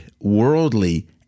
worldly